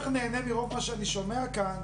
אני כל כך נהנה לראות מה שאני שומע כאן,